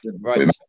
Right